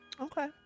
Okay